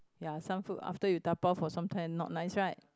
ya some food after you dabao for some time not nice right